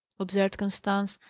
observed constance,